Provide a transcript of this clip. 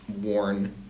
worn